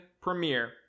premiere